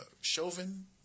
Chauvin